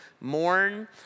mourn